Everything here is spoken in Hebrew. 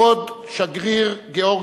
ועדת העבודה